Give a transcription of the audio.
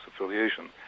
affiliation